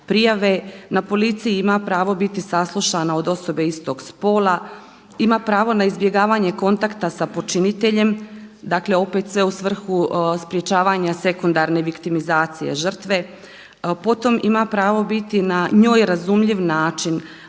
prijave, na policiji ima pravo biti saslušana od osobe istog spola, ima pravo na izbjegavanje kontakta sa počiniteljem, dakle opet sve u svrhu sprečavanje sekundarne viktimizacije žrtve, potom ima pravo biti na njoj razumljiv način,